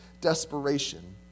desperation